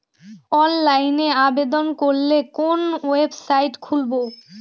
অনলাইনে আবেদন করলে কোন ওয়েবসাইট খুলব?